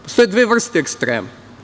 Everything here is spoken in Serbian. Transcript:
Postoje dve vrste ekstrema.